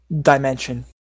dimension